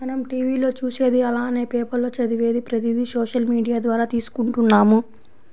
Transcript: మనం టీవీ లో చూసేది అలానే పేపర్ లో చదివేది ప్రతిది సోషల్ మీడియా ద్వారా తీసుకుంటున్నాము